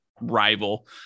rival